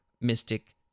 mystic